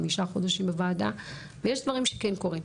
חמישה חודשים בוועדה ויש דברים שכן קורים.